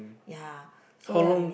ya so we have